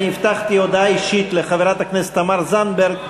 הבטחתי הודעה אישית לחברת הכנסת תמר זנדברג,